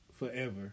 forever